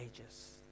ages